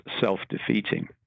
self-defeating